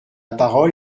parole